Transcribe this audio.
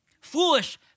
Foolish